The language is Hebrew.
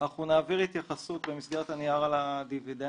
אנחנו נעביר התייחסות במסגרת הנייר על הדיבידנדים.